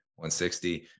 160